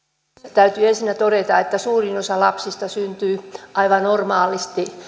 täytyy ensinnä todeta että suurin osa lapsista syntyy aivan normaalisti